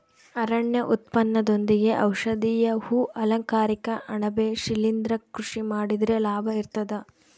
ಅರಣ್ಯ ಉತ್ಪನ್ನದೊಂದಿಗೆ ಔಷಧೀಯ ಹೂ ಅಲಂಕಾರಿಕ ಅಣಬೆ ಶಿಲಿಂದ್ರ ಕೃಷಿ ಮಾಡಿದ್ರೆ ಲಾಭ ಇರ್ತದ